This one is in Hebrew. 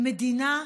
במדינה,